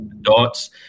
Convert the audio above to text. dots